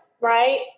right